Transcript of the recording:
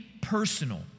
personal